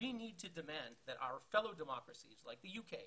תודה שאתה נמצא איתנו